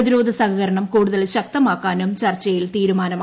പ്രതിരോധ സഹകരണം കൂടുതൽ ശക്തമാക്കാനും ചർച്ചയിൽ തീരുമാനമായി